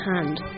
Hand